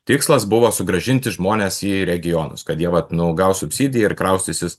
tikslas buvo sugrąžinti žmones į regionus kad jie vat nu gaus subsidiją ir kraustysis